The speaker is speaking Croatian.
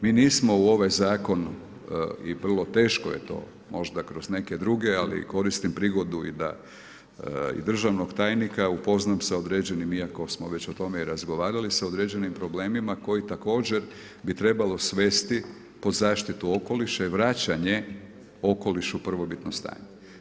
Mi nismo u ovaj zakon i vrlo teško je to možda kroz neke druge, ali koristim prigodu, da i državnog tajnika upoznam sa određenim iako smo već o tome i razgovarali sa određenim problemima koji također bi trebalo svesti pod zaštitom okoliša i vraćanje okoliša u prvobitno stanje.